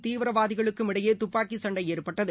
தீவிரவாதிகளுக்கும் இடையேதுப்பாக்கிசண்டைஏற்பட்டது